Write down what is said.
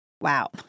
wow